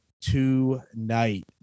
tonight